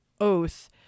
oath